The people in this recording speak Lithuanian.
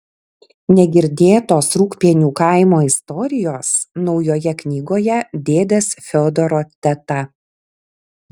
negirdėtos rūgpienių kaimo istorijos naujoje knygoje dėdės fiodoro teta